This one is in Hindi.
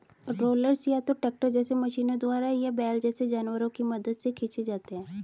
रोलर्स या तो ट्रैक्टर जैसे मशीनों द्वारा या बैल जैसे जानवरों की मदद से खींचे जाते हैं